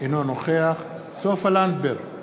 אינו נוכח סופה לנדבר,